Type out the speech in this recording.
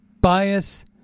bias